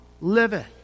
liveth